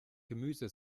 gemüse